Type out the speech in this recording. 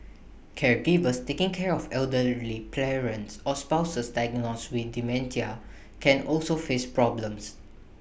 caregivers taking care of elderly parents or spouses diagnosed with dementia can also face problems